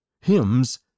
hymns